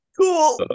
cool